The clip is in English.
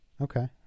Okay